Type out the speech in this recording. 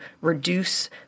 reduce